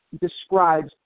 describes